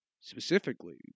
specifically